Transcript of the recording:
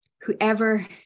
whoever